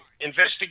investigate